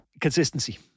Consistency